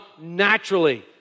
naturally